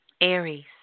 Aries